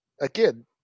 again